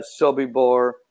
Sobibor